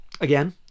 Again